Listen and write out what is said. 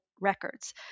records